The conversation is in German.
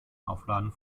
aufladen